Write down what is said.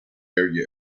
area